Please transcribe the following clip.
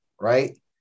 Right